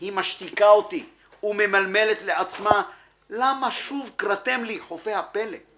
היא משתיקה אותי/ וממלמלת לעצמה/ למה שוב קראתם לי חופי הפלא//